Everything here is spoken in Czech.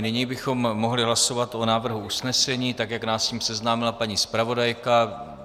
Nyní bychom mohli hlasovat o návrhu usnesení, tak jak nás s ním seznámila paní zpravodajka.